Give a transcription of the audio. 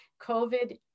covid